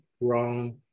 wrong